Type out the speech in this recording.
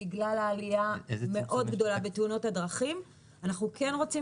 בגלל עלייה מאוד גדולה בתאונות הדרכים אנחנו כן רוצים